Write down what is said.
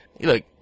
look